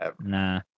Nah